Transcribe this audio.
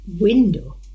window